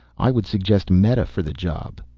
i would suggest meta for the job.